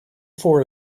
for